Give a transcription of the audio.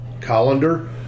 colander